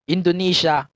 Indonesia